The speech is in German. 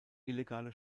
illegale